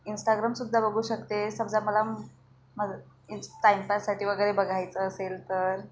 इन्स्टाग्रामसुद्धा बघू शकते समजा मला मद इ टाईमपास वगैरे बघायचं असेल तर